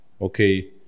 Okay